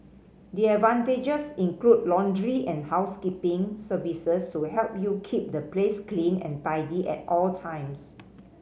the advantages include laundry and housekeeping services to help you keep the place clean and tidy at all times